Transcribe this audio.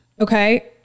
Okay